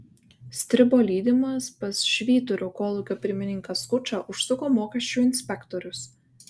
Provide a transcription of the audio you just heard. stribo lydimas pas švyturio kolūkio pirmininką skučą užsuko mokesčių inspektorius